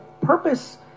Purpose